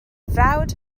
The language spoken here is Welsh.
frawd